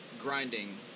grinding